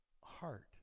heart